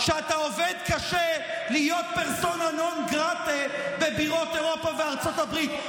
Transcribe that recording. שאתה עובד קשה להיות פרסונה נון גרטה בבירות אירופה וארצות הברית.